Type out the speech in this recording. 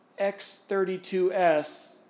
X32S